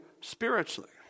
spiritually